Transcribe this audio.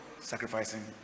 sacrificing